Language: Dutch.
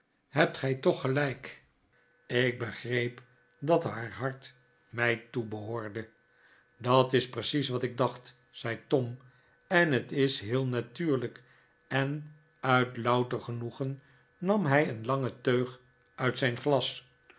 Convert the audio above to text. hebt gij toch gelijk ik begreep dat haar hart mij toebehoorde dat is precies wat ik dacht zei tom en het is heel natuurlijk en uit louter genoegen nam hij een langen teug uit zijn glas